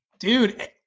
Dude